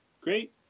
Great